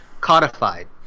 codified